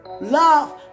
love